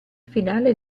finale